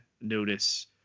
notice